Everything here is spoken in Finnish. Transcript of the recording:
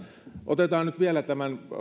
otetaan nyt vielä tämän